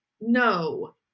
No